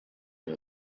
wir